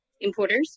importers